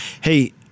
Hey